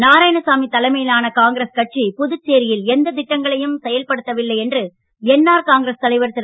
நாராயணசாமி தலைமையிலான காங்கிரஸ் கட்சி புதுச்சேரியில் எந்த திட்டங்களையும் செயல்படுத்தவில்லை என்று என்ஆர் காங்கிரஸ் தலைவர் திரு